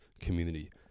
community